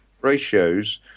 ratios